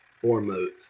foremost